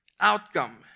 outcome